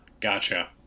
Gotcha